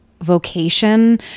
vocation